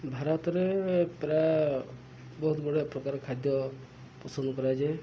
ଭାରତରେ ପ୍ରାୟ ବହୁତଗୁଡ଼ାଏ ପ୍ରକାର ଖାଦ୍ୟ ପସନ୍ଦ କରାଯାଏ